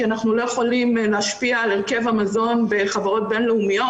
כי אנחנו לא יכולים להשפיע על הרכב המזון בחברות בין-לאומיות.